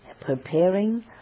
preparing